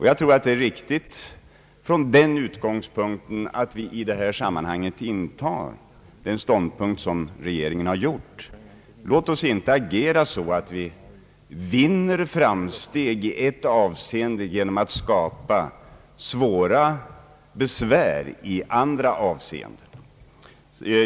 Jag tror att det är riktigt från den utgångspunkten att vi i detta sammanhang intar den ståndpunkt som regeringen förfäktar. Låt oss inte agera på ett sådant sätt, att vi vinner framsteg i ett avseende genom att skapa svåra besvär i andra.